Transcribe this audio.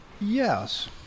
Yes